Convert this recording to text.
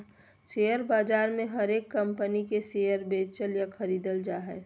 share बाजार मे हरेक कम्पनी के शेयर बेचल या खरीदल जा हय